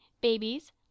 babies